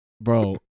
bro